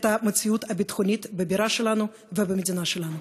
המציאות הביטחונית בבירה שלנו ובמדינה שלנו.